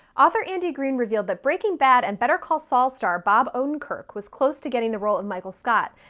author andy greene revealed that breaking bad and better call saul star bob odenkirk was close to getting the role of michael scott,